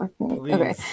Okay